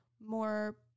more